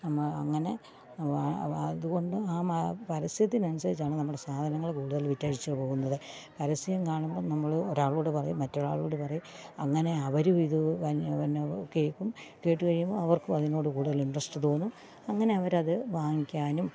അങ്ങനെ ഇതുകൊണ്ട് ആ പരസ്യത്തിനനുസരിച്ചാണ് നമ്മുടെ സാധനങ്ങൾ കൂടുതൽ വിറ്റഴിച്ച് പോകുന്നത് പരസ്യം കാണുമ്പം നമ്മൾ ഒരാളോട് പറയും മറ്റൊരാളോട് പറയും അങ്ങനെ അവരുമിത് പിന്നെ കേൾക്കും കേട്ട് കഴിയുമ്പം അവര്ക്കും അതിനോട് കൂടുതൽ ഇന്ട്രെസ്റ്റ് തോന്നും അങ്ങനെ അവരത് വാങ്ങിക്കാനും